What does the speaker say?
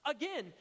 Again